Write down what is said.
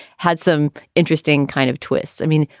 had some interesting kind of twists. i mean,